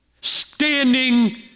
standing